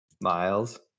Miles